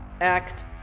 act